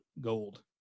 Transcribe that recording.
gold